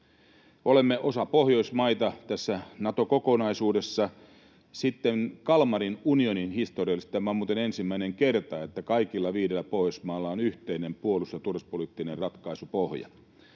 Olemme osa Pohjoismaita tässä Nato-kokonaisuudessa. Sitten Kalmarin unionin historiallisesti tämä on muuten ensimmäinen kerta, että kaikilla viidellä Pohjoismaalla on yhteinen puolustus- ja turvallisuuspoliittinen ratkaisupohja,